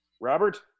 Robert